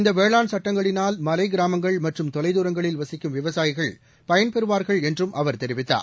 இந்த வேளான் சட்டங்களினால் மலை கிராமங்கள் மற்றம் தொலைதூரங்களில் வசிக்கும் விவசாயிகள் பயன்பெறுவார்கள் என்றும் அவர் தெரிவித்தார்